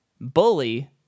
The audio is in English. bully